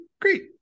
great